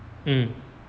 mm